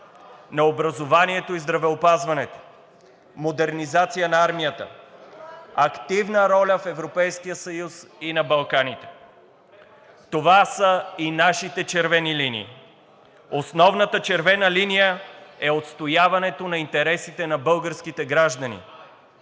на образованието и здравеопазването, модернизация на армията, активна роля в Европейския съюз и на Балканите. Това са и нашите червени линии. Основната червена линия е отстояването на интересите на българските граждани.